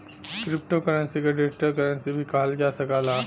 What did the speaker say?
crypto currency के digital currency भी कहल जा सकला